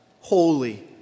holy